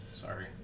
Sorry